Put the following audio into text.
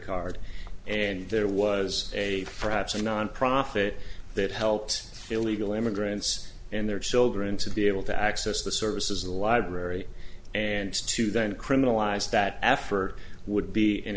card and there was a perhaps a nonprofit that helped illegal immigrants and their children to be able to access the services of the library and to then criminalize that effort would be an